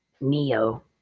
neo